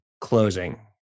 closing